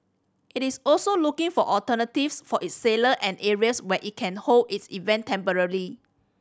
it is also looking for alternatives for its sailor and areas where it can hold its event temporarily